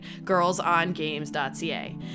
girlsongames.ca